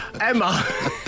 Emma